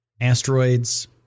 asteroids